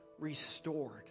restored